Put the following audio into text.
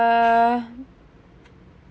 uh